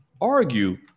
argue